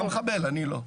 אתה מחבל, אני לא.